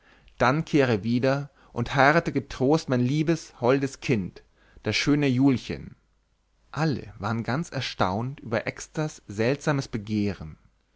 dann kehre wieder und heirate getrost mein liebes holdes kind das schöne julchen alle waren ganz erstaunt über exters seltsames begehren